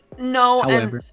No